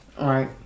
Right